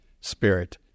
Spirit